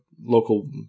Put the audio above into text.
local